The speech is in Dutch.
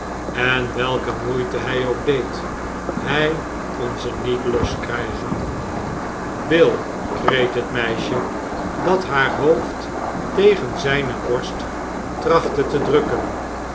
en welke moeite hij ook deed hij kon ze niet loskrijgen bui kreet het meisje dat haar hoofd tegen zijne borst trachtte te drukken